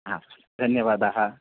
आं धन्यवादः